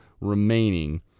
remaining